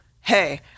hey